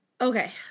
Okay